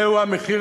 זהו המחיר,